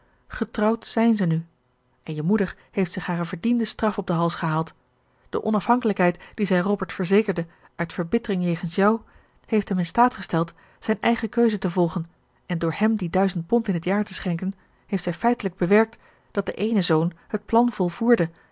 getrouwd zijn ze nu en je moeder heeft zich hare verdiende straf op den hals gehaald de onafhankelijkheid die zij robert verzekerde uit verbittering jegens jou heeft hem in staat gesteld zijn eigen keuze te volgen en door hem die duizend pond in het jaar te schenken heeft zij feitelijk bewerkt dat de eene zoon het plan volvoerde